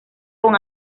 con